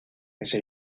ese